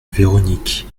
véronique